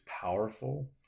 powerful